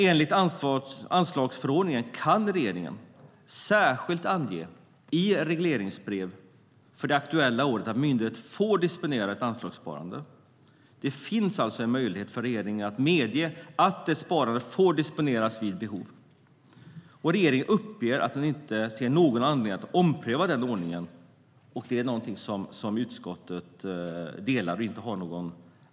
Enligt anslagsförordningen kan regeringen särskilt ange i regleringsbrev för det aktuella året att myndigheter får disponera ett anslagssparande. Det finns alltså en möjlighet för regeringen att medge att sparandet får disponeras vid behov. Regeringen uppger att man inte ser någon anledning att ompröva den ordningen. Det är något som utskottet instämmer i.